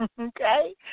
Okay